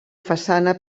façana